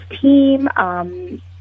team